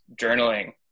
journaling